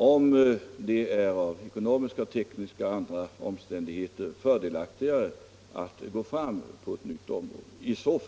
Om det på grund av ekonomiska, tekniska eller andra omständigheter är fördelaktigare att gå fram på ett nytt område är i så